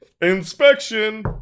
Inspection